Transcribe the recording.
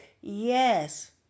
Yes